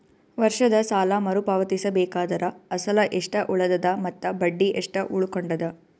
ವರ್ಷದ ಸಾಲಾ ಮರು ಪಾವತಿಸಬೇಕಾದರ ಅಸಲ ಎಷ್ಟ ಉಳದದ ಮತ್ತ ಬಡ್ಡಿ ಎಷ್ಟ ಉಳಕೊಂಡದ?